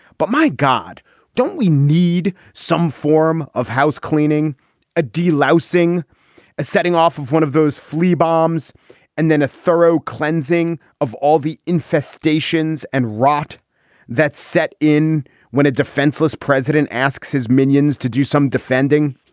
but my god don't we need some form of house cleaning a d loosing a setting off of one of those flea bombs and then a thorough cleansing of all the infestations and rot that set in when a defenseless president asks his minions to do some defending.